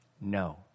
no